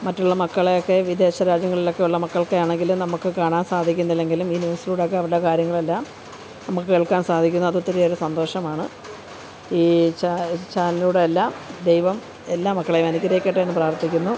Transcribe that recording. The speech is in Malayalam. മറ്റുള്ള മക്കളെയൊക്കെ വിദേശ രാജ്യങ്ങളിലൊക്കെയുള്ള മക്കളൊക്കെയാണെങ്കിൽ നമുക്ക് കാണാൻ സാധിക്കുന്നില്ലെങ്കിലും ഈ ന്യൂസിലൂടെയൊക്കെ അവരുടെ കാര്യങ്ങളെല്ലാം നമുക്ക് കേൾക്കാൻ സാധിക്കുന്നു അതൊത്തിരിയേറെ സന്തോഷമാണ് ഈ ചാനലൂടെല്ലാ ദൈവം എല്ലാ മക്കളേയും അനുഗ്രഹിക്കട്ടേയെന്ന് പ്രാർത്ഥിക്കുന്നു